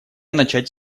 начать